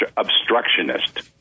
obstructionist